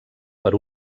per